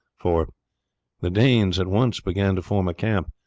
for the danes at once began to form a camp,